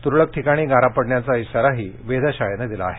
तुरळक ठिकाणी गारा पडण्याचा इशाराही वेधशाळेनं दिला आहे